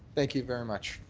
thank you very much.